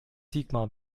sigmar